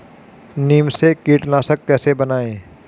नीम से कीटनाशक कैसे बनाएं?